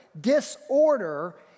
disorder